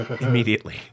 Immediately